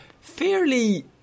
fairly